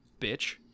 bitch